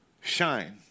shine